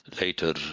Later